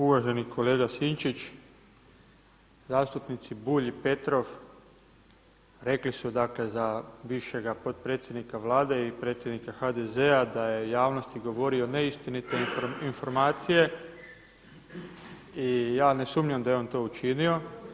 Uvaženi kolega Sinčić, zastupnici Bulj i Petrov rekli su dakle za bivšega potpredsjednika Vlade i predsjednika HDZ-a da je javnosti govorio neistinite informacije i ja ne sumnjam da je on to učinio.